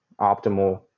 optimal